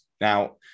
Now